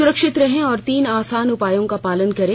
सुरक्षित रहें और तीन आसान उपायों का पालन करें